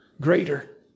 greater